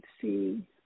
see